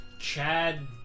Chad